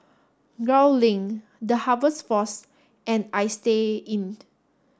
Gul Link The Harvest Force and Istay Inn